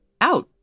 out